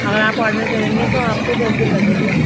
اگر آپ آڈر کریں گے تو آپ کو دس دن لگے گے